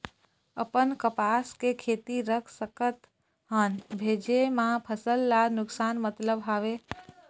अपन कपास के खेती रख सकत हन भेजे मा फसल ला नुकसान मतलब हावे?